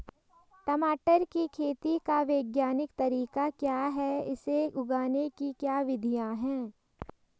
टमाटर की खेती का वैज्ञानिक तरीका क्या है इसे उगाने की क्या विधियाँ हैं?